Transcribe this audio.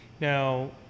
Now